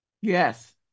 Yes